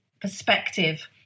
perspective